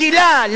מקלה,